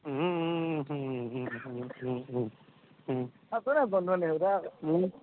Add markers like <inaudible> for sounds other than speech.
<unintelligible>